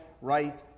right